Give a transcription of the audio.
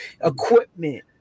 equipment